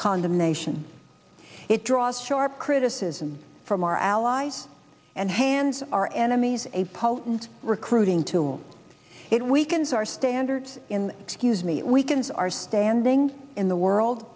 condemnation it draws sharp criticism from our allies and hands our enemies a potent recruiting tool it weakens our standards in excuse me it weakens our standing in the world